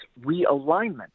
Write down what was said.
realignment